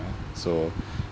so